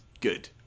Good